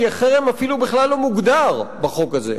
כי החרם אפילו בכלל לא מוגדר בחוק הזה.